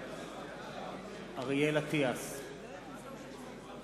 אורון, מצביע זבולון אורלב,